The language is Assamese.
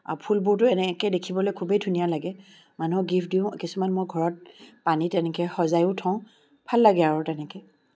আৰু ফুলবোৰটো এনেকৈ দেখিবলৈ খুবেই ধুনীয়া লাগে মানুহক গিফ্ট দিওঁ কিছুমান মই ঘৰত পানীত এনেকৈ সজায়ো থওঁ ভাল লাগে আৰু তেনেকৈ